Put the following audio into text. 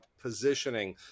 positioning